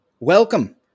Welcome